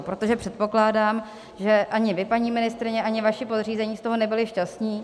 Protože předpokládám, že ani vy, paní ministryně, ani vaši podřízení, z toho nebyli šťastní.